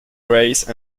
race